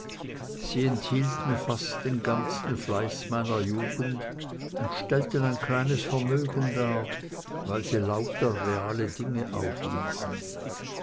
sie enthielten fast den ganzen fleiß meiner jugend und stellten ein kleines vermögen dar weil sie lauter reale dinge aufwiesen